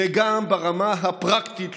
וגם ברמה הפרקטית,